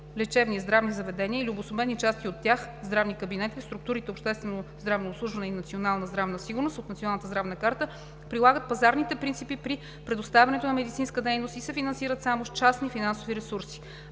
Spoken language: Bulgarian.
лечебни, здравни заведения или обособени части от тях, здравни кабинети в структурите „Обществено здравно обслужване“ и „Национална здравна сигурност“ от Националната здравна карта прилагат пазарните принципи при предоставянето на медицинска дейност и се финансират само с частни финансови ресурси.